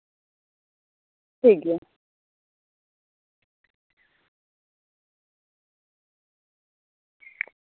ᱴᱷᱤᱠ ᱜᱮᱭᱟ